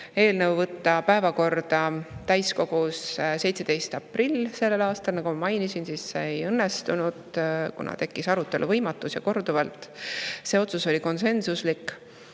eelnõu täiskogus päevakorda 17. aprillil sellel aastal. Nagu ma mainisin, see ei õnnestunud, kuna tekkis arutelu võimatus, ja korduvalt. See otsus oli konsensuslik.